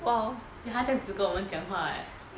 then 他这样子跟我们讲话 eh